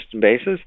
basis